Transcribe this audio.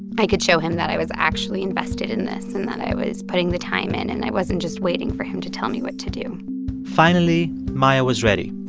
i could show him that i was actually invested in this and that i was putting the time in and i wasn't just waiting for him to tell me what to do finally, maia was ready.